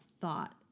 thought